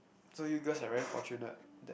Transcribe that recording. so you girls are very fortunate that